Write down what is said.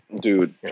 Dude